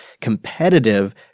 competitive